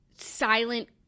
silent